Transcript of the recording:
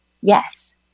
Yes